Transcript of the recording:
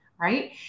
right